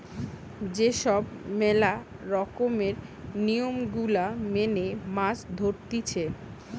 যে সব ম্যালা রকমের নিয়ম গুলা মেনে মাছ ধরতিছে